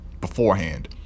beforehand